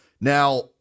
Now